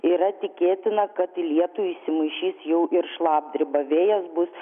yra tikėtina kad į lietų įsimaišys jau ir šlapdriba vėjas bus